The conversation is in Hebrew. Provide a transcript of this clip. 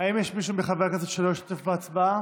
האם יש מישהו מחברי הכנסת שלא השתתף בהצבעה?